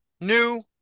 new